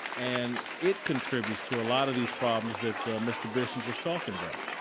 and it contributes to a lot of these problems that mr. bissinger's talking about.